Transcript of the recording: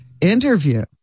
interview